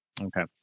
Okay